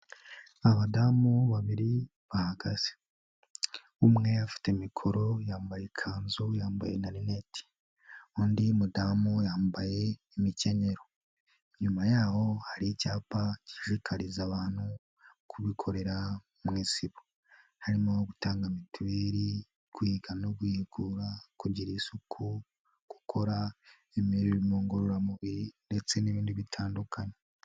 Abadamu babiri bahagaze umwe afite mikoro yambaye ikanzu, yambaye na linete, undi mudamu yambaye imikenyero, inyuma yaho hari icyapa gishishikariza abantu kubikorera mu isibo, harimo gutanga mituweli, kwiga no guhigura, kugira isuku, gukora imyitozo ngorora mubiri ndetse n'ibindi bitandukanye.